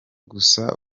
gusaka